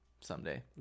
someday